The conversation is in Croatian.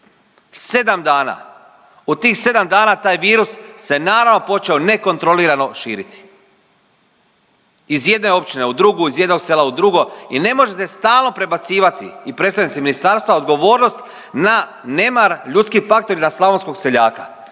Sedam dana od tih sedam dana taj virus se naravno počeo nekontrolirano širiti iz jedne općine u drugu, iz jednog sela u drugo i ne možete stalno prebacivati i predstavnici ministarstva odgovornost na nemar, ljudski faktor i na slavonskog seljaka,